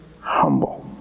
humble